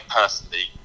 personally